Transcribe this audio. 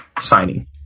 signing